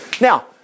Now